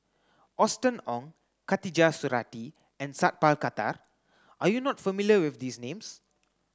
Austen Ong Khatijah Surattee and Sat Pal Khattar are you not familiar with these names